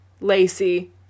Lacey